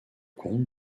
comte